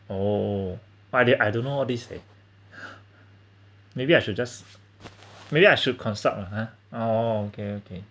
oo but then I don't know all this leh maybe I should just maybe I should consult lah ha oo okay okay